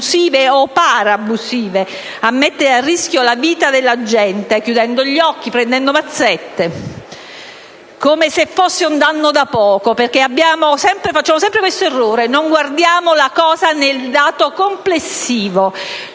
o parabusive - a mettere a rischio la vita della gente, chiudendo gli occhi e prendendo mazzette, come se fosse un danno da poco. Facciamo sempre questo errore: non guardiamo la cosa nel dato complessivo.